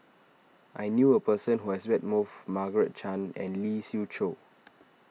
I knew a person who has met both Margaret Chan and Lee Siew Choh